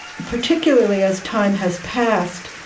particularly as time has passed,